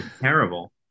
Terrible